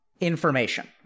information